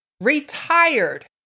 retired